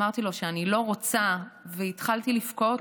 אמרתי לו שאני לא רוצה והתחלתי לבכות,